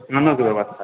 पानोके व्यवस्था छै